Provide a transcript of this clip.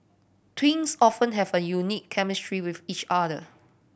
twins often have a unique chemistry with each other